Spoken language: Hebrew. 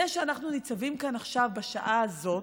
זה שאנחנו ניצבים כאן עכשיו, בשעה הזאת,